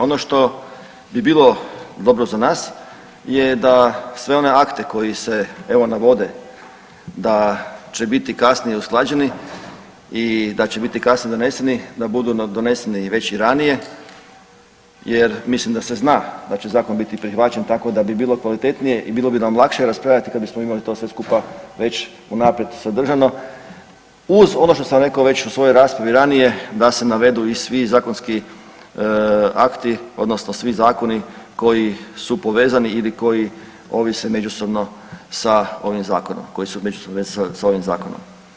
Ono što bi bilo dobro za nas je da sve one akte koji se evo navode da će biti kasnije usklađeni i da će biti kasnije doneseni da budu doneseni već i ranije jer mislim da se zna da će zakon biti prihvaćen tako da bi bilo kvalitetnije i bilo bi nam lakše raspravljat kad bismo imali to sve skupa već unaprijed sadržano uz ono što sam rekao već u svojoj raspravi ranije da se navedu i svi zakonski akti odnosno svi zakoni koji su povezani ili koji ovise međusobno sa ovim zakonom, koji su međusobno vezani sa ovim zakonom.